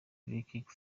vujicic